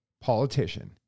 politician